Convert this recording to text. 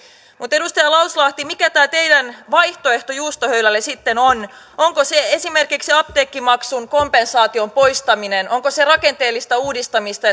mutta edustaja lauslahti mikä tämä teidän vaihtoehtonne juustohöylälle sitten on onko se esimerkiksi apteekkimaksun kompensaation poistaminen onko se rakenteellista uudistamista